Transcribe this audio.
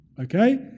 Okay